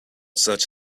such